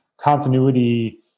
continuity